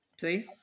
See